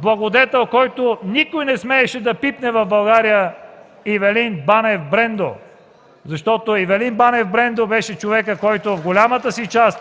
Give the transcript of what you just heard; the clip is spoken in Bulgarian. благодетел, който никой не смееше да пипне в България – Ивелин Банев – Брендо, защото Ивелин Банев – Брендо беше човекът, който в голямата си част